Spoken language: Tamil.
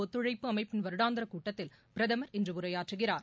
ஒத்துழைப்பு அமைப்பின் வருடாந்திர கூட்டத்தில் பிரதமர் இன்று உரையாற்றுகிறார்